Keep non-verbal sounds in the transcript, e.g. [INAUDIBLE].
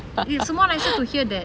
[LAUGHS] [NOISE]